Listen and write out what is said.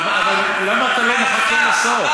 אבל למה אתה לא מחכה לסוף?